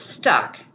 stuck